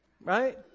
right